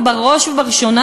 ובראש ובראשונה,